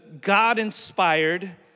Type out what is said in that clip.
God-inspired